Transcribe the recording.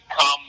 come